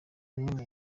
bumwe